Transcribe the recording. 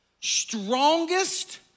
Strongest